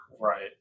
Right